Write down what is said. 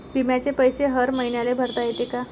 बिम्याचे पैसे हर मईन्याले भरता येते का?